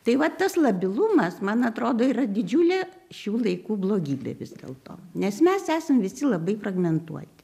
tai vat tas labilumas man atrodo yra didžiulė šių laikų blogybė vis dėlto nes mes esam visi labai fragmentuoti